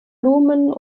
lumen